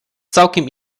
całkiem